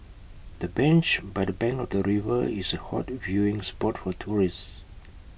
the bench by the bank of the river is A hot viewing spot for tourists